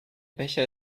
becher